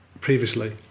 previously